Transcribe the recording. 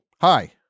Hi